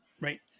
Right